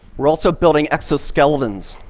we're also building exoskeletons.